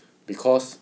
because